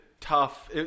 tough